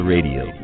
Radio